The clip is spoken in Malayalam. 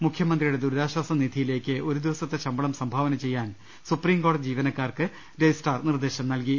മുഖ്യ മന്ത്രിയുടെ ദുരിതാശ്ചാസനിധിയിലേക്ക് ഒരു ദിവസത്തെ ശമ്പളം സംഭാവന ചെയ്യാൻ സുപ്രിംകോടതി ജീവനക്കാർക്ക് രജിസ്ട്രാർ നിർദേശം നൽകി